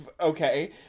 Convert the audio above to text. Okay